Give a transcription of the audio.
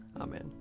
Amen